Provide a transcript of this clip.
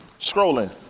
scrolling